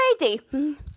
lady